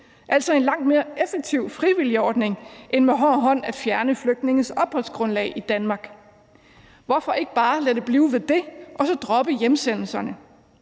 altså en langt mere effektiv frivillig ordning end med hård hånd at fjerne flygtninges opholdsgrundlag i Danmark. Hvorfor ikke bare lade det blive ved det og så droppe hjemsendelserne?